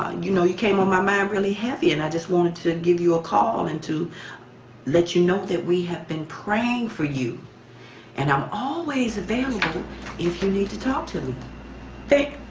ah you know, you came on my mind really heavy and i just wanted to and give you a call and to let you know that we have been praying for you and i'm always available if you need to talk to me. thank,